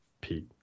Pete